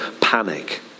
panic